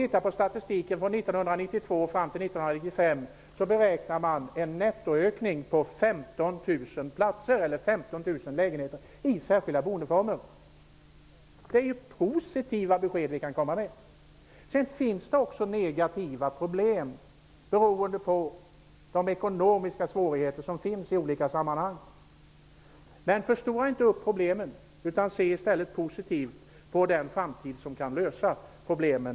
Enligt statistiken från 1992 till 1995 beräknas en nettoökning på 15 000 lägenheter i särskilda boendeformer. Det är ju positiva besked vi kommer med! Det finns också negativa problem som beror på de ekonomiska svårigheter som finns i olika sammanhang. Men förstora inte upp problemen utan se i stället positivt på den framtid som kan lösa problemen!